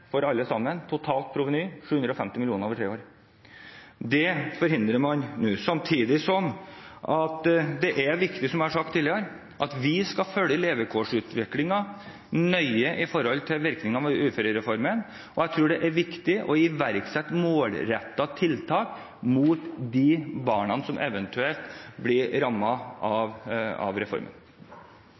for alle sammen – totalt proveny 750 mill. kr over tre år. Det forhindrer man nå. Samtidig som det er viktig, som jeg har sagt tidligere, å følge levekårsutviklingen nøye når det gjelder virkningene av uførereformen, tror jeg det er viktig å iverksette målrettede tiltak mot de barna som eventuelt blir rammet av reformen.